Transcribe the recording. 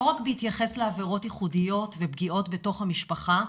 לא רק בהתייחס לעבירות ייחודיות ופגיעות בתוך המשפחה,